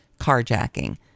carjacking